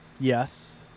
Yes